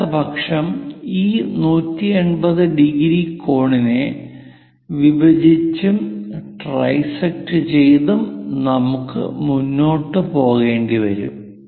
അല്ലാത്തപക്ഷം ഈ 180° കോണിനെ വിഭജിച്ചും ട്രൈസെക്ട് ചെയ്തും നമുക്ക് മുന്നോട്ടു പോകേണ്ടി വരും